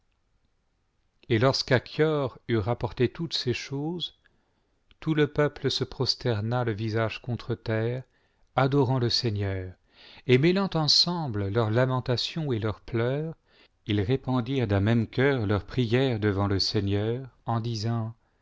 et lorequ'achior eut rapporté toutes ces choses tout le peuple se prosterna le visage contre terre adorant le seigneur et mêlant ensemble leurs lamentations et leurs pleurs ils répandirent d'un même cœur leurs prières devant le seigneur en disant